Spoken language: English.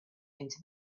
into